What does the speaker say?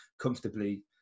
comfortably